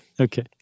Okay